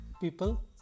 people